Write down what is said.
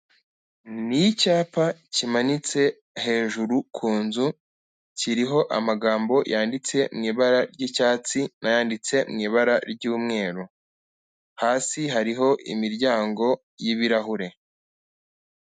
Ni icyapa kimanitse hejuru ku nzu, kiriho amagambo yanditse mu ibara ry'icyatsi n'ayanditse mu ibara ry'umweru, hasi hariho imiryango y'ibirahure.